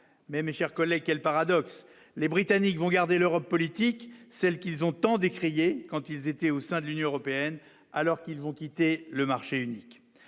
mais mes chers collègues, quel paradoxe : les Britanniques vont garder l'Europe politique, celle qu'ils ont tant décrié, quand ils étaient au sein de l'Union européenne, alors qu'ils ont quitté le marché unique,